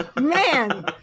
Man